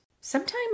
Sometime